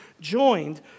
joined